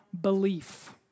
belief